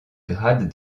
grade